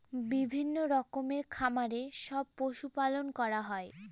বিভিন্ন রকমের খামারে সব পশু পালন করা হয়